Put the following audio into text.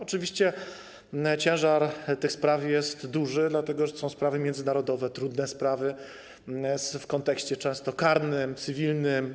Oczywiście, ciężar tych spraw jest duży, dlatego że to są sprawy międzynarodowe, trudne sprawy, często w kontekście karnym, cywilnym.